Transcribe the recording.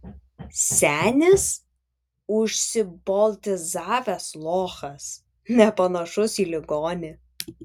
senis užsiboltizavęs lochas nepanašus į ligonį